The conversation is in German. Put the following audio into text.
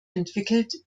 entwickelt